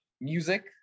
music